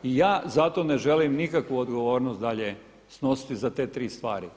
I ja zato ne želim nikakvu odgovornost dalje snositi za te tri stvari.